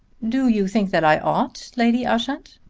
do you think that i ought, lady ushant?